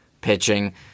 pitching